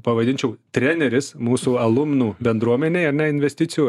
pavadinčiau treneris mūsų alumnų bendruomenėj ane investicijų